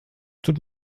tut